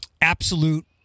absolute